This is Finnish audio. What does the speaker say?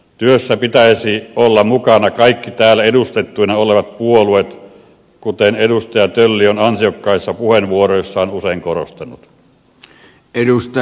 työssä pitäisi olla mukana kaikki täällä edustettuina olevat puolueet kuten edustaja tölli on ansiokkaissa puheenvuoroissaan usein korostanut